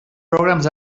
programs